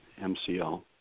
MCL